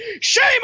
Shame